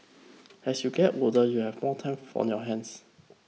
as you get older you have more time for on your hands